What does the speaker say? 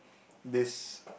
this